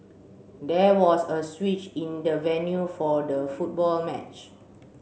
there was a switch in the venue for the football match